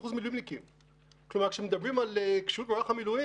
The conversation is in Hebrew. כשמדברים על תוכנית האימונים,